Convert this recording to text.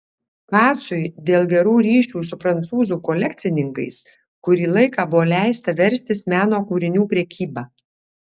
kacui dėl gerų ryšių su prancūzų kolekcininkais kurį laiką buvo leista verstis meno kūrinių prekyba